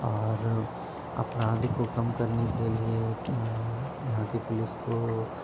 और अपराध को कम करने के लिए यहाँ की पुलिस को